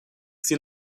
sie